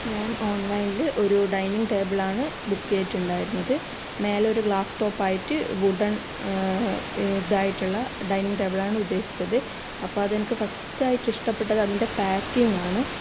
ഞാൻ ഓൺലൈനിൽ ഒരു ഡൈനിങ് ടേബിളാണ് ബുക്ക് ചെയ്തിട്ടുണ്ടായിരുന്നത് മേലൊരു ഗ്ലാസ് ടോപ്പായിട്ട് വുഡൻ ഇതായിട്ടുള്ള ഡൈനിങ് ടേബിളാണ് ഉദ്ദേശിച്ചത് അപ്പം അതെനിക്ക് ഫസ്റ്റായിട്ട് ഇഷ്ടപ്പെട്ടത് അതിൻ്റെ പാക്കിംഗാണ്